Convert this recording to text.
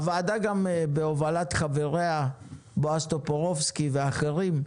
הוועדה גם, בהובלת חבריה בועז טופורובסקי ואחרים,